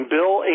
Bill